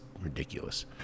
ridiculous